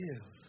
give